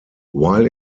while